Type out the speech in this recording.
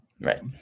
Right